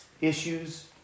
issues